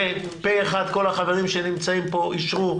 ופה-אחד כל החברים שנמצאים פה אישרו.